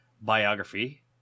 biography